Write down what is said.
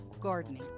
gardening